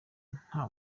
nta